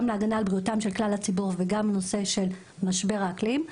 גם להגנה על בריאותם של כלל הציבור וגם על הנושא של משבר האקלים,